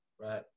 Right